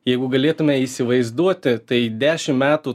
jeigu galėtume įsivaizduoti tai dešimt metų